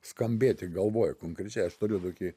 skambėti galvoj konkrečiai aš turiu tokį